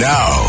Now